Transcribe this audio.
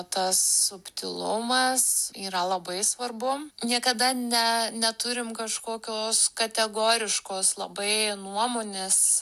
tas subtilumas yra labai svarbu niekada ne neturim kažkokios kategoriškos labai nuomonės